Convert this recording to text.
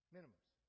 Minimums